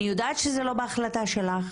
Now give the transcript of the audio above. אני יודעת שזה לא בהחלטה שלך,